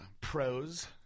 pros